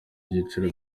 byiciro